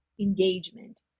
engagement